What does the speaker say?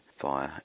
via